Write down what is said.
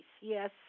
Yes